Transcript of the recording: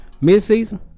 Mid-season